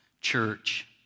church